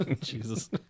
Jesus